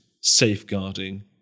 safeguarding